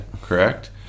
Correct